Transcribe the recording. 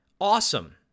awesome